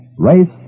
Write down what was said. Race